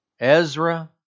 Ezra